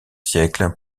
siècle